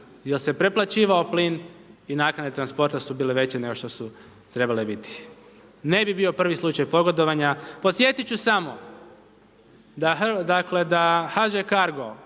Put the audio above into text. jer se preplaćivao plin i naknade transporta su bile veće nego što su trebale biti. Ne bi bio prvi slučaj pogodovanja, podsjetit ću samo, dakle, da